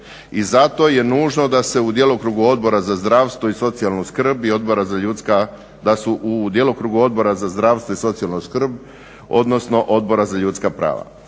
I zato je nužno da se u djelokrugu Odbora za zdravstvo i socijalnu skrb odnosno Odbora za ljudska prava.